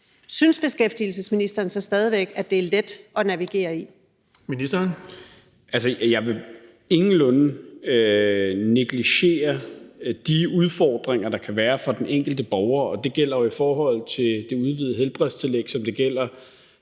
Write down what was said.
10:09 Beskæftigelsesministeren (Peter Hummelgaard): Jeg vil ingenlunde negligere de udfordringer, der kan være for den enkelte borger, og det gælder i forhold til det udvidede helbredstillæg, som det gælder